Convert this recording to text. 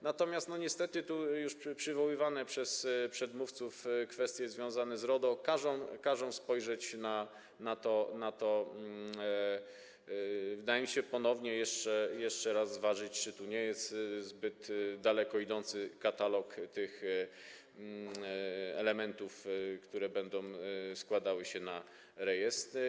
Natomiast, niestety, tu już przywoływane przez przedmówców kwestie związane z RODO każą spojrzeć na to, wydaje mi się, ponownie, każą jeszcze raz rozważyć, czy tu nie jest zbyt daleko idący katalog tych elementów, które będą składały się na rejestr.